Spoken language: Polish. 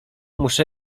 muszę